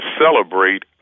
celebrate